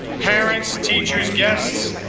parents, teachers, guests,